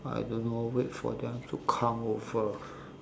I don't know wait for them to come over